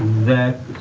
that